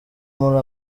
muri